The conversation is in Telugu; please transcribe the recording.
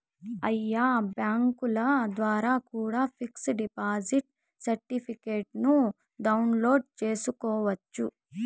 ఆయా బ్యాంకుల ద్వారా కూడా పిక్స్ డిపాజిట్ సర్టిఫికెట్ను డౌన్లోడ్ చేసుకోవచ్చు